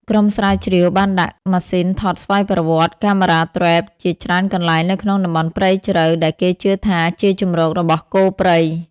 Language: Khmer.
ក្រុមស្រាវជ្រាវបានដាក់ ម៉ាស៊ីនថតស្វ័យប្រវត្តិ (camera trap) ជាច្រើនកន្លែងនៅក្នុងតំបន់ព្រៃជ្រៅដែលគេជឿថាជាជម្រករបស់គោព្រៃ។